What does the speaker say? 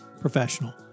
professional